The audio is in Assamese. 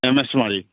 এম এছ মাৰি